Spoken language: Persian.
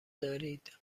دارید